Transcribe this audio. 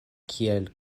kiel